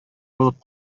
булып